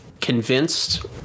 convinced